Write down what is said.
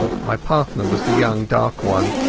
my partner was the young dark one.